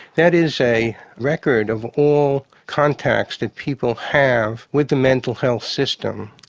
that is a record of all contacts that people have with the mental health system.